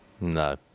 No